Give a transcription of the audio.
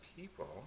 people